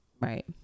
Right